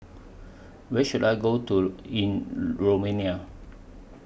Where should I Go to in Romania